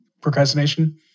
procrastination